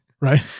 right